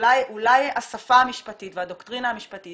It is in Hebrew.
אולי עם השפה המשפטית והדוקטרינה המשפטית